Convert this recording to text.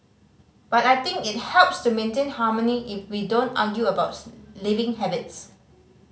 but I think it helps to maintain harmony if we don't argue about living habits